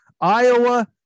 Iowa